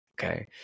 Okay